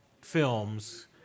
films